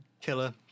killer